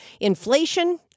Inflation